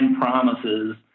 promises